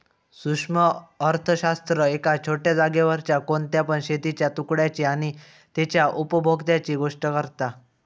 सूक्ष्म अर्थशास्त्र एका छोट्या जागेवरच्या कोणत्या पण शेतीच्या तुकड्याची आणि तेच्या उपभोक्त्यांची गोष्ट करता